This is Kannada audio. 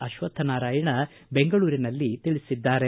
ಅಕ್ವಥನಾರಾಯಣ ದೆಂಗಳೂರಿನಲ್ಲಿ ತಿಳಿಬಿದ್ದಾರೆ